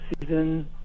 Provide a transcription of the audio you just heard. season